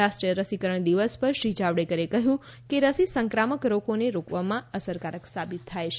રાષ્ટ્રીય રસીકરણ દિવસ પર શ્રી જાવડેકરે કહ્યુ કે રસી સંક્રામક રોગોને રોકવામાં અસરકારક સાબિત થાય છે